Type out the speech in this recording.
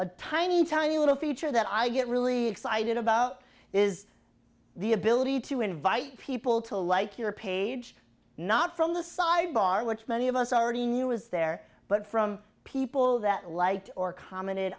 a tiny tiny little feature that i get really excited about is the ability to invite people to like your page not from the side bar which many of us already knew was there but from people that liked or commented